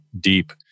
deep